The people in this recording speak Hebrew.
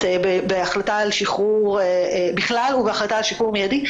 בהחלטה על שחרור בכלל ובהחלטה על שחרור מיידי,